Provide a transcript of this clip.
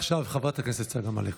עכשיו חברת הכנסת צגה מלקו.